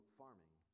farming